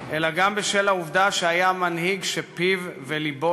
אלא גם בשל העובדה שהיה מנהיג שפיו ולבו